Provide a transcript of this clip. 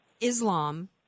Islam